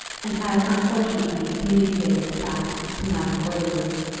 and had unfortunately communicated the fact to madame gordeloup.